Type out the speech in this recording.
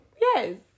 Yes